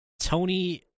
Tony